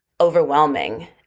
overwhelming